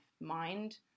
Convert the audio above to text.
mind